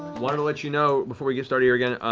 wanted to let you know before we get started here again.